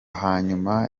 hanyuma